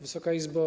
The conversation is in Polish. Wysoka Izbo!